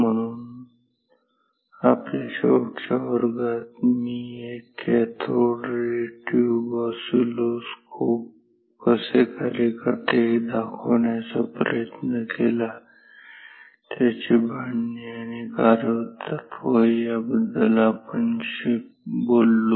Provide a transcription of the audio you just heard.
म्हणून आपल्या शेवटच्या वर्गात मी एक कॅथोड रे ट्यूब ऑसिलोस्कोप कसे कार्य करते हे दाखवायचा प्रयत्न केला त्याची बांधणी आणि कार्य तत्त्व बद्दल आपण बोललो